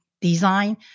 design